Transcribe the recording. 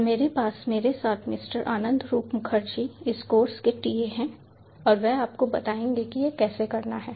और मेरे पास मेरे साथ मिस्टर आनंदरूप मुखर्जी इस कोर्स के TA हैं और वह आपको बताएंगे कि यह कैसे करना है